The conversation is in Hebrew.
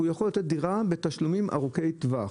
הוא יכול לתת דירה בתשלומים ארוכי טווח.